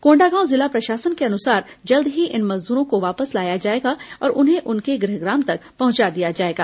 कोंडागांव जिला प्रशासन के अनुसार जल्द ही इन मजदूरों को वापस लाया जाएगा और उन्हें उनके गृहग्राम तक पहुंचा दिया जाएगा